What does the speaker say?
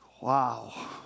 Wow